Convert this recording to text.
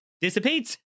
dissipates